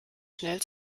schnell